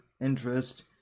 interest